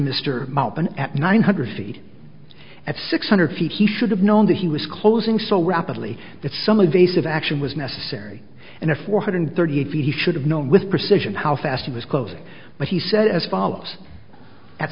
mr mountain at nine hundred feet at six hundred feet he should have known that he was closing so rapidly that some of a civil action was necessary in a four hundred thirty eight feet he should have known with precision how fast he was close but he said as follows at